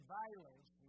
violence